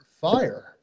fire